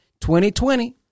2020